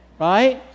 right